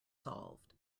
solved